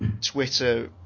Twitter